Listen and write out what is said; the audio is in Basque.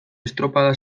estropada